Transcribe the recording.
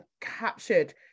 captured